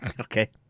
Okay